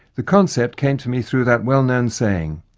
the concept came to me through that well-known saying.